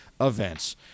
events